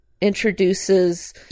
introduces